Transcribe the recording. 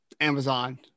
Amazon